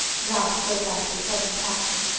ralph broke out with sudden passion.